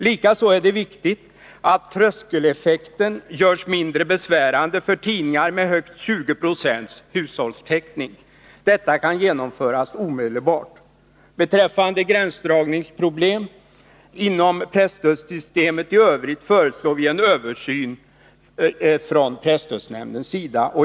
Likaså är det viktigt att tröskeleffekten görs mindre besvärande för tidningar med högst 20 20 hushållstäckning. Detta kan genomföras omedelbart. Beträffande gränsdragningsproblem inom presstödssystemet i Övrigt föreslår vi en översyn från presstödsnämndens sida.